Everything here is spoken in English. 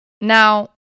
Now